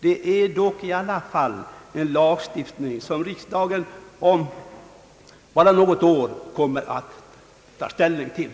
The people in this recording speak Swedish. Det är i alla fall en lagstiftning som riksdagen om bara något år kommer att ta ställning till.